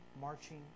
marching